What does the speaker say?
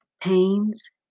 pains